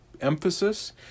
emphasis